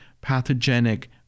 pathogenic